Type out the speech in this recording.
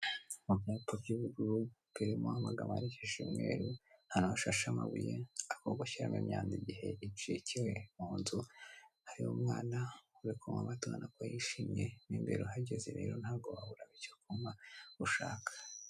Mu byapa by'ubururu birimo amgambo yandikishije umweru, ahantu hashashe amabuyeko gako gushyiramo imyanda igihe icikiwe mu nzu, hariho umwana uri kunywa amata ubona ko yishimye mo imbere uhageze r rero ntago wabura icyo kunywa ushaka.